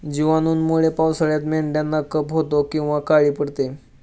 जिवाणूंमुळे पावसाळ्यात मेंढ्यांना कफ होतो किंवा काळी पडते